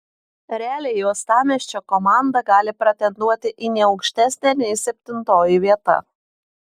realiai uostamiesčio komanda gali pretenduoti į ne aukštesnę nei septintoji vieta